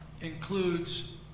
includes